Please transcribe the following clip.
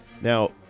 Now